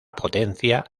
potencia